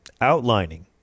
outlining